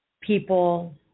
people